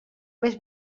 més